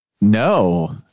No